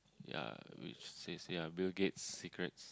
ya which says ya Bill-Gates secrets